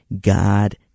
God